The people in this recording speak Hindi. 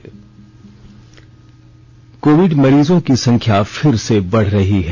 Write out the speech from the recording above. शुरुआत कोविड मरीजों की संख्या फिर से बढ़ रही है